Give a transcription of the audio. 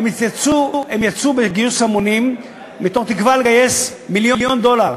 הם יצאו בגיוס המונים בתקווה לגייס מיליון דולר.